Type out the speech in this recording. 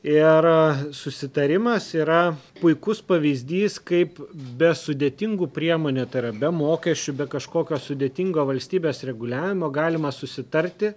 ir susitarimas yra puikus pavyzdys kaip be sudėtingų priemonių tai yra be mokesčių be kažkokio sudėtingo valstybės reguliavimo galima susitarti